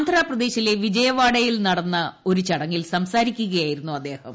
ആന്ധ്രാപ്രദേശിലെ വിജയവാഡയിൽ നടന്ന ഒരു ചടങ്ങിൽ സംസാരിക്കുകയായിരുന്നു അദ്ദേഹം